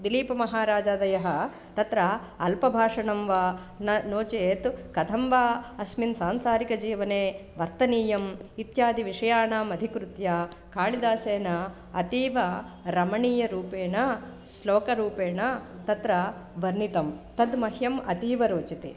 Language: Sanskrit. दिलीपमहाराजादयः तत्र अल्पभाषणं वा न नो चेत् कथं वा अस्मिन् सांसारिकजीवने वर्तनीयम् इत्यादि विषयाणां अधिकृत्य कालिदासेन अतीव रमणीयरूपेण श्लोकरूपेण तत्र वर्णितं तत् मह्यं अतीव रोचते